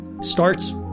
starts